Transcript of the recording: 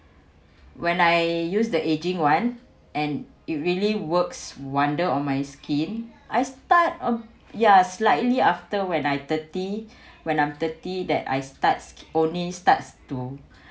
when I use the aging [one] and it really works wonder on my skin I start uh ya slightly after when I thirty when I'm thirty that I starts only starts to